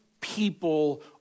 people